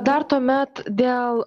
dar tuomet dėl